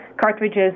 cartridges